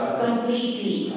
completely